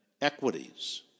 equities